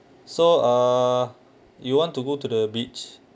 so uh you want to go to the beach